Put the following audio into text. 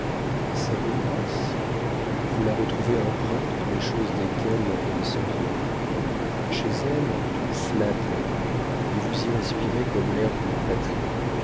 sa bonne grâce vous la retrouvez empreinte dans les choses desquelles elle s'environne chez elle tout flatte la vue et vous y respirez comme l'air d'une patrie